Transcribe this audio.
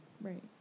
Right